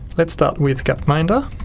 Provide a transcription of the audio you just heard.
let's start with gapminder,